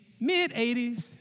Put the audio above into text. mid-80s